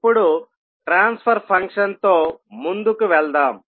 ఇప్పుడు ట్రాన్స్ఫర్ ఫంక్షన్తో ముందుకు వెళ్దాం